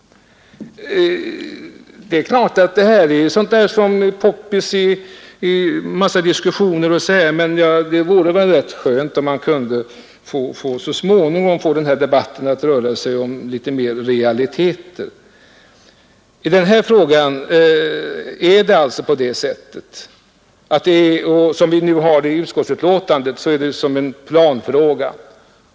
Det är klart att det här med småhus är poppis i en massa diskussioner, men det vore väl rätt skönt om man så småningom kunde få denna debatt att röra sig litet mer om realiteter. I utskottsbetänkandet har vi alltså behandlat detta spörsmål som en planfråga.